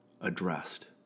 addressed